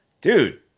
dude